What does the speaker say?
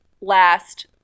last